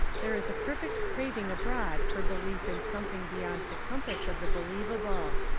there is a perfect craving abroad for belief in something beyond the compass of the believ able.